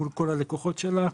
מול כל הלקוחות שלה.